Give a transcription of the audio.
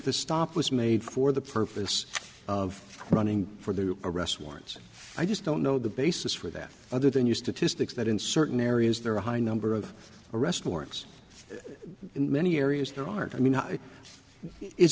the stop was made for the purpose of running for the arrest warrants i just don't know the basis for that other than your statistics that in certain areas there are a high number of arrest warrants many areas there aren't i mean is